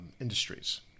industries